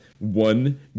one